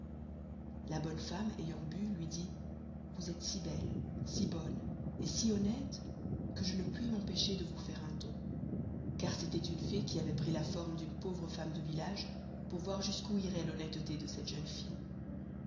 la bonne femme ayant bû luy dit vous estes si belle si bonne et si honneste que je ne puis m'empêcher de vous faire un don car c'estoit une fée qui avoit pris la forme d'une pauvre femme de village pour voir jusqu'où iroit l'honnesteté de cette jeune fille